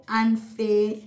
unfair